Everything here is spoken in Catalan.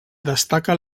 destaca